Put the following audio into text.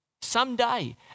Someday